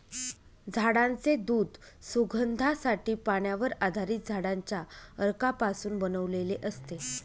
झाडांचे दूध सुगंधासाठी, पाण्यावर आधारित झाडांच्या अर्कापासून बनवलेले असते